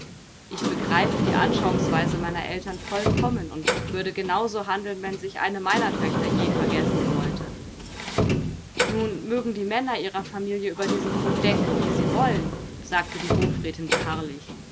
ich begreife die anschauungsweise meiner eltern vollkommen und würde genau so handeln wenn sich eine meiner töchter je vergessen sollte nun mögen die männer ihrer familie über diesen punkt denken wie sie wollen sagte die hofrätin beharrlich